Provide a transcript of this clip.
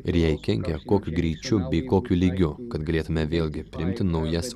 ir jai kenkia kokiu greičiu bei kokiu lygiu kad galėtume vėlgi priimti naujas